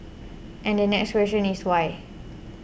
and the next question is why